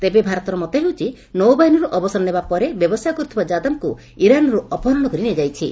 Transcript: ତେବେ ଭାରତର ମତ ହେଉଛି ନୌବାହିନୀରୁ ଅବସର ନେବା ପରେ ବ୍ୟବସାୟ କରୁଥିବା ଯାଦବଙ୍କୁ ଇରାନରୁ ଅପହରଣ କରି ନିଆଯାଇଛି